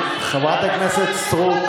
חברת הכנסת סטרוק,